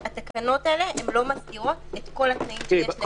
ושהתקנות האלה לא מסדירות את כל התנאים שיש לגבי --- יש תנאים נוספים.